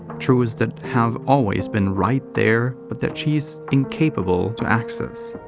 truths that have always been right there, but that she's incapable to access.